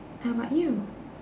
how about you